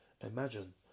imagine